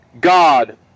God